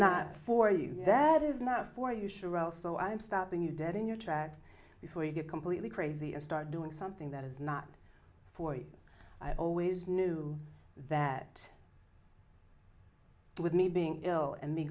not for you that is not for you sure also i'm stopping you dead in your tracks before you get completely crazy and start doing something that is not for you i always knew that with me being ill and